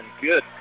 Good